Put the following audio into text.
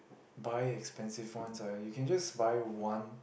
buy expensive phones ah you can just buy one